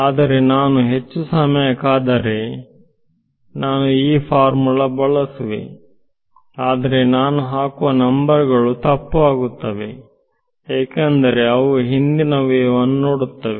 ಆದರೆ ನಾನು ಹೆಚ್ಚು ಸಮಯ ಕಾದರೆ ನಾನು ಈ ಫಾರ್ಮುಲಾ ಬಳಸುವೆ ಆದರೆ ನಾನು ಹಾಕುವ ನಂಬರ್ ಗಳು ತಪ್ಪು ಆಗುತ್ತದೆ ಏಕೆಂದರೆ ಅವು ಹಿಂದಿನ ವೇವ್ ಅನ್ನು ನೋಡುತ್ತವೆ